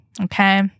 okay